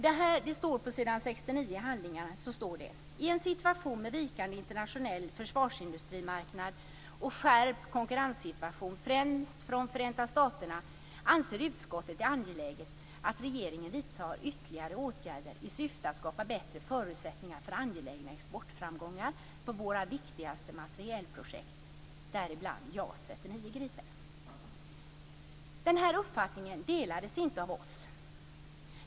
Det står på s. 69 i handlingen: "I en situation med en vikande internationell försvarsindustrimarknad och skärpt konkurrenssituation, främst från Förenta staterna, anser utskottet det angeläget att regeringen vidtar ytterligare åtgärder i syfte att skapa bättre förutsättningar för angelägna exportframgångar för våra viktigaste materielprojekt, däribland JAS 39 Gripen." Denna uppfattning delas inte av oss.